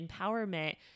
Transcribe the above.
empowerment